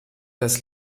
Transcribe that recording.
das